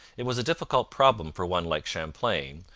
it was a difficult problem for one like champlain,